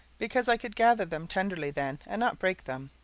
because i could gather them tenderly then, and not break them.